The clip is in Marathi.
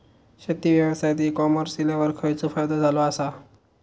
शेती व्यवसायात ई कॉमर्स इल्यावर खयचो फायदो झालो आसा?